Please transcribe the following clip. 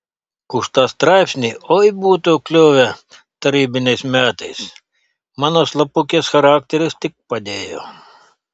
už tą straipsnį oi būtų kliuvę tarybiniais metais mano slapukės charakteris tik padėjo